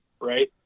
right